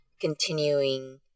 continuing